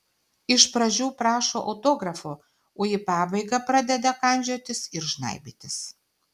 iš pradžių prašo autografo o į pabaigą pradeda kandžiotis ir žnaibytis